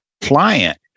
client